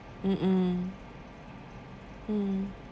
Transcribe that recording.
mm mm mm